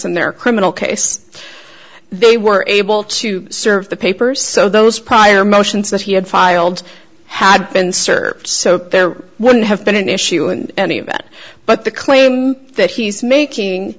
in their criminal case they were able to serve the papers so those prior motions that he had filed had been served so there wouldn't have been an issue and any of it but the claim that he's making